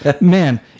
Man